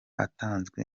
atanzwe